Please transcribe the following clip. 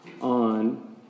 on